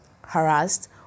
harassed